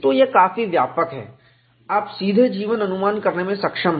तो यह काफी व्यापक है आप सीधे जीवन अनुमान करने में सक्षम हैं